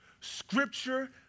Scripture